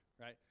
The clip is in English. right